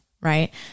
right